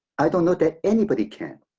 i don't know that anybody can.